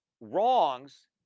wrongs